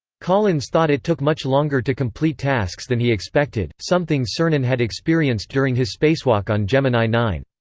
collins thought it took much longer to complete tasks than he expected, something cernan had experienced during his spacewalk on gemini nine.